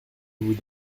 vous